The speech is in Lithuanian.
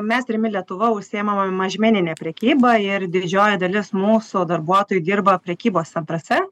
mes rimi lietuva užsiimam mažmenine prekyba ir didžioji dalis mūsų darbuotojų dirba prekybos centruose